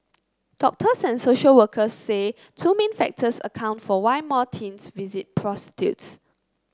doctors and social workers say two main factors account for why more teens visit prostitutes